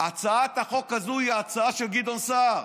הצעת החוק הזו היא ההצעה של גדעון סער.